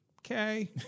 Okay